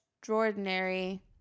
extraordinary